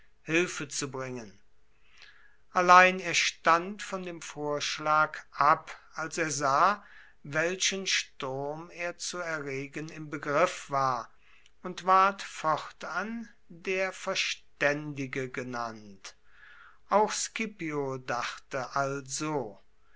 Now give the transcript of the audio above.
hilfe zu bringen allein er stand von dem vorschlag ab als er sah welchen sturm er zu erregen im begriff war und ward fortan der verständige genannt auch scipio dachte also